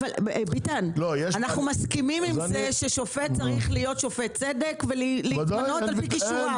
אנחנו מסכימים עם זה ששופט צריך להיות שופט ולהתמנות על פי כישוריו.